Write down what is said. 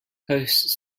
hosts